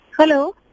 Hello